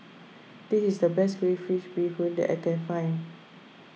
this is the best Crayfish BeeHoon that I can find